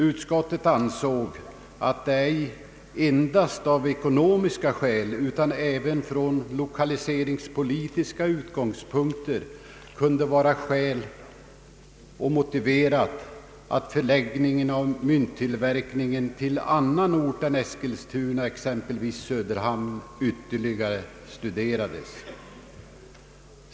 Utskottet framhöll ”att det ej endast av ekonomiska skäl utan även från lokalpolitiska synpunkter kunde vara väl motiverat att förläggningen av myntoch medaljtillverkningen till annan ort än Eskilstuna, exempelvis Söderhamn, ytterligare studerades”.